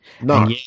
No